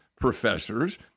professors